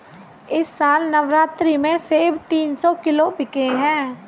इस साल नवरात्रि में सेब तीन सौ किलो बिके हैं